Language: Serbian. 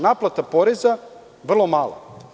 Naplata poreza vrlo malo.